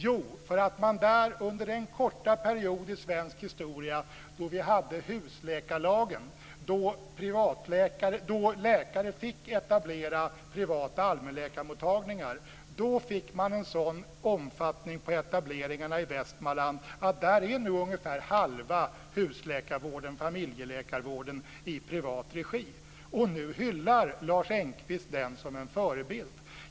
Jo, under den korta period i svensk historia då vi hade husläkarlagen, då läkare fick etablera privata allmänläkarmottagningar, fick etableringarna i Västmanland en sådan omfattning att ungefär halva husläkar och familjeläkarvården nu är i privat regi. Nu hyllar Lars Engqvist detta som en förebild.